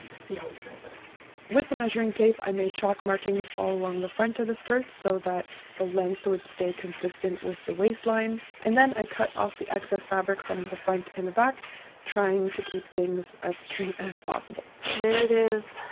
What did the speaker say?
see how we feel about that with the measuring tape, i made chalk markings all along the front of the skirt so that the length would stay consistent with the waistline and then i cut off the excess fabric from the front and the back trying to keep things as straight as possible. there. it is.